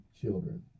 children